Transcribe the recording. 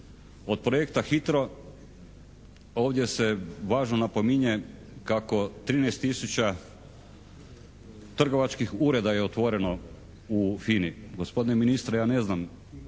Od projekta Hitro ovdje se važno napominje kako 13 tisuća trgovačkih ureda je otvoreno u FINA-i.